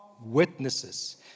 witnesses